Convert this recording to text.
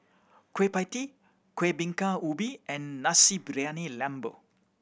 Kueh Pie Tee Kueh Bingka Ubi and Nasi Briyani Lembu